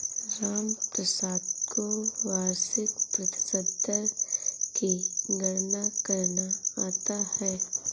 रामप्रसाद को वार्षिक प्रतिशत दर की गणना करना आता है